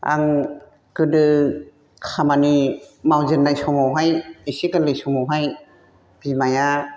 आं गोदो खामानि मावजेननाय समावहाय एसे गोरलै समावहाय बिमाया